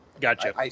gotcha